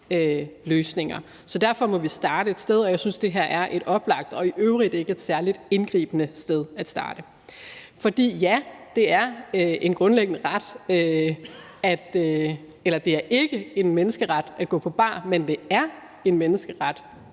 Så derfor må vi starte et sted, og jeg synes, det her er et oplagt og i øvrigt ikke særlig indgribende sted at starte. For ja, det er grundlæggende ikke en menneskeret at gå på bar, men det er en menneskeret